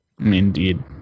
Indeed